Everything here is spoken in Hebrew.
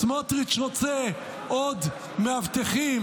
סמוטריץ' רוצה עוד מאבטחים